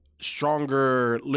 stronger